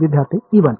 विद्यार्थी E1